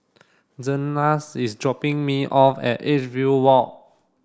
Zenas is dropping me off at Edgefield Walk